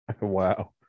Wow